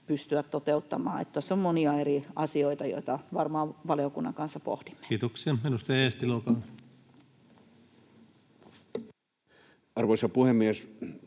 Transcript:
pystyä toteuttamaan. Tässä on monia eri asioita, joita varmaan valiokunnan kanssa pohdimme. [Speech 61] Speaker: Ensimmäinen varapuhemies